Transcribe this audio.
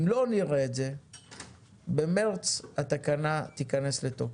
אם לא נראה את זה במרץ התקנה תיכנס לתוקף.